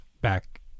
back